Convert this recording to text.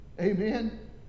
Amen